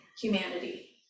humanity